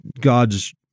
God's